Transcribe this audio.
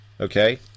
okay